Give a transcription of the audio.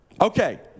Okay